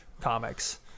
comics